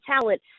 talent